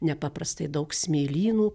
nepaprastai daug smėlynų